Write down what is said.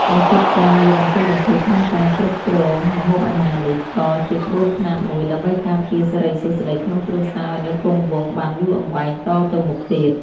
ឯកិច្ចការងារបន្តិចបន្តួចក្នុងការគ្របគ្រងម្ហូបអាហារនេះ ក៏ជាក្បួនខ្នាតមួយដើម្បីការពារសិរីសួស្តីក្នុងគ្រួសារឱ្យនៅគង់វង្សបានយូរអង្វែងតទៅមុខទៀត។